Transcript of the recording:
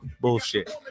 bullshit